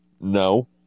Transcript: no